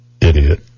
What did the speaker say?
Idiot